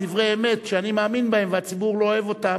דברי אמת שאני מאמין בהם והציבור לא אוהב אותם,